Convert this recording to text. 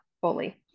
fully